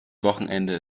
wochenende